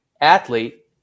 athlete